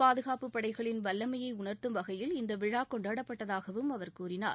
பாதுகாப்புப் படைகளின் வல்லமையை உணர்த்தம் வகையில் இந்த விழா கொண்டாடப்பட்டதாகவும் அவர் கூறினார்